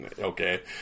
okay